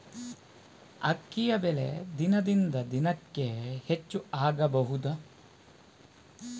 ಅಕ್ಕಿಯ ಬೆಲೆ ದಿನದಿಂದ ದಿನಕೆ ಹೆಚ್ಚು ಆಗಬಹುದು?